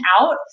out